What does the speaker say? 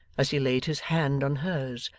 as he laid his hand on hers,